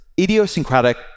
idiosyncratic